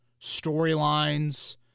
storylines